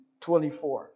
24